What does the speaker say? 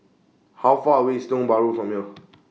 How Far away IS Tiong Bahru from here